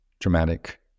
dramatic